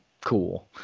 cool